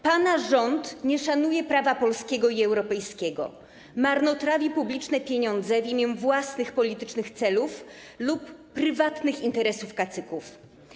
Pana rząd nie szanuje prawa polskiego i europejskiego, marnotrawi publiczne pieniądze w imię własnych politycznych celów lub prywatnych interesów kacyków.